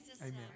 amen